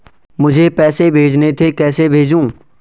मुझे पैसे भेजने थे कैसे भेजूँ?